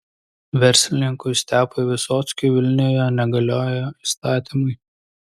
verslininkui stepui visockiui vilniuje negalioja įstatymai